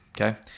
okay